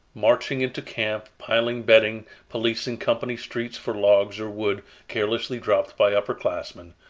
marching into camp, piling bedding, policing company streets for logs or wood carelessly dropped by upper classmen,